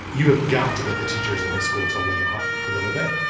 you have got to get the teachers in his school to lay off a little bit.